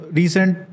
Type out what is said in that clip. recent